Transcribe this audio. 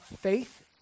faith